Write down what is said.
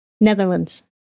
Netherlands